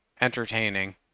entertaining